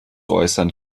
äußern